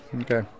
Okay